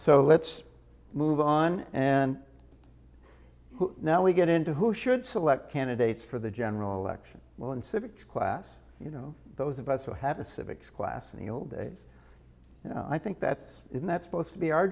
so let's move on and now we get into who should select candidates for the general election well in civics class you know those of us who have a civics class in the old days i think that's isn't that supposed to be our